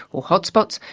or hotspots,